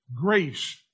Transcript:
grace